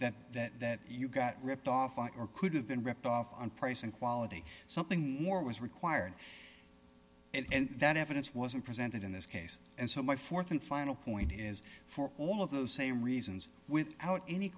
that you got ripped off or could have been ripped off on price and quality something more was required and that evidence wasn't presented in this case and so my th and final point is for all of those same reasons without any